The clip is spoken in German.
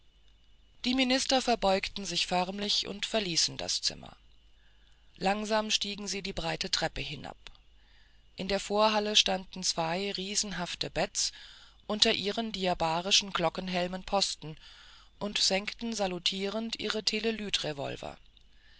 die minister verbeugten sich förmlich und verließen das zimmer langsam stiegen sie die breite treppe hinab in der vorhalle standen zwei riesenhafte beds unter ihren diabarischen glockenhelmen posten und senkten salutierend ihre